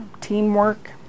teamwork